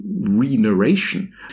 re-narration